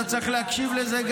גם אתה צריך להקשיב לזה.